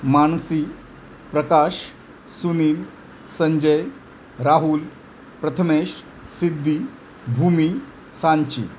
Mansi Prakash Sunil Sanjay Rahul Prathamesh Siddhi Bhumi Sanchi